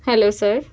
hello sir